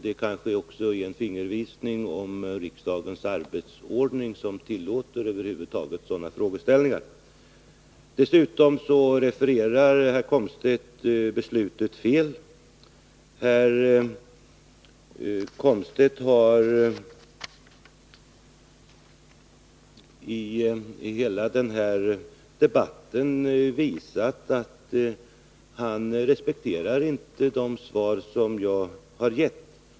Det kanske ger en fingervisning när det gäller riksdagens arbetsordning, som tillåter sådana frågeställningar. Dessutom refererar herr Komstedt beslutet felaktigt. Herr Komstedt har i denna debatt visat att han inte respekterar de svar som jag har gett.